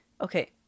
Okay